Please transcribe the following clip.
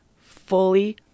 fully